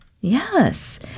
Yes